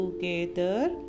together